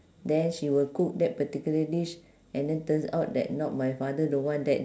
then she will cook that particular dish and then turns out that not my father don't want that